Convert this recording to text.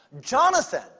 Jonathan